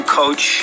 coach